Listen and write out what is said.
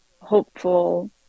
hopeful